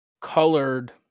colored